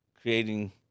creating